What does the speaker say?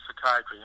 psychiatry